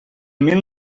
mil